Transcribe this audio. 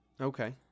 okay